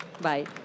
bye